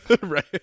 Right